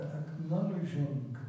acknowledging